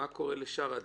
מה קורה לשאר הדברים?